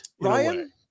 Ryan